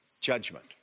Judgment